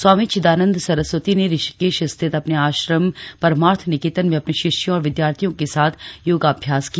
स्वामी चिदानन्द सरस्वती ने ऋषिकेश स्थित अपने आश्रम परमार्थ निकेतन में अपने शिष्यों और विद्यार्थियों के साथ योगाभ्यास किया